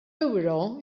ewro